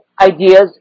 ideas